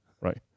right